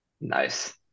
Nice